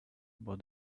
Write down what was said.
about